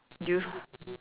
do you